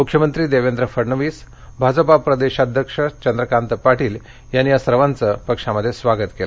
मुख्यमंत्री देवेंद्र फडणवीस भाजपा प्रदेशाध्यक्ष चंद्रकांत पाटील यांनी या सर्वांचं पक्षामध्ये स्वागत केलं